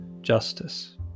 justice